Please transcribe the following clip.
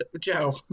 Joe